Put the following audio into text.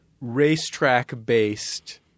racetrack-based –